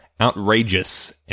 outrageous